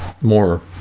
more